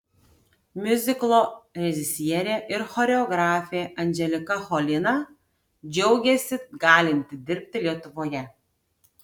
miuziklo režisierė ir choreografė anželika cholina džiaugėsi galinti dirbti lietuvoje